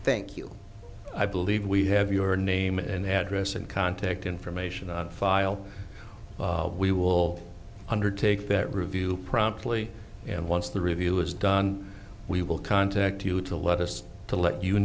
thank you i believe we have your name and address and contact information on file we will undertake that review promptly and once the review is done we will contact you to let us to let you